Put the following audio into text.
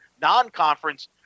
non-conference